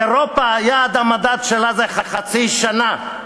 אירופה, יעד המדד שלה זה חצי שנה.